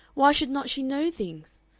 why should not she know things?